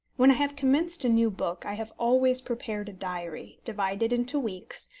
when i have commenced a new book, i have always prepared a diary, divided into weeks,